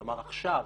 כלומר עכשיו,